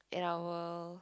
and I will